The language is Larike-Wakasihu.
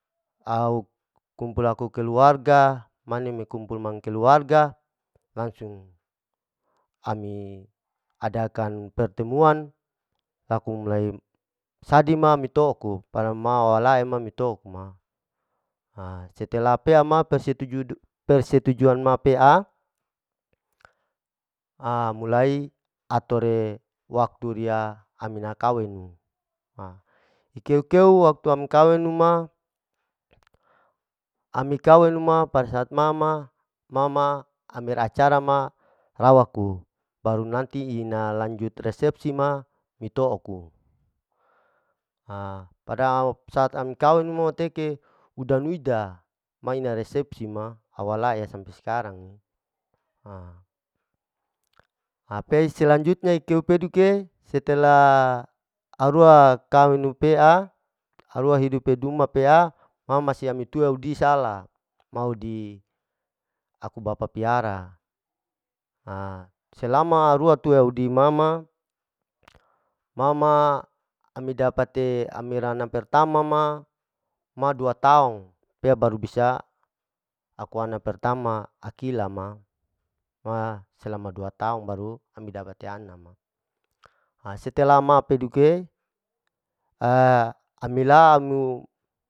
Au kumpul aku keluarga, mane me kumpul mang keluarga, langsung ami adakan pertemuan, laku mulai sadi ma metoku paremawalae ma metoku ma, ha setelah pea ma persutujud-persutujuan ma pea, a' mulai atore waktu riya amina kawenu, ha ikeu-ikeu waktu amu kawenu ma, ami kawenu ma pada saat ma ma ma ma amir acara ma lawaku baru nanti ina lanjut resepsi ma mitouku, pada saat ami kawenu ma meteke udan weida, maina resepsi ma, awalae sampe skarang'i pei selanjutnya keu peduke setela arua kawenu pea, arua hidupe duma pea ma ma masi ami tua udi sala, maudi aku bapa piara, ha selama aura tuaudi mama, mama ami dapate amerana pertama ma ma dua taong pea baru bisa akuana pertama akila ma, ma selama dua taung baru ami dapate ana ma, setelah ma peduke ami laomu.